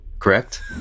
Correct